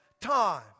time